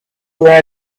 were